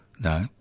No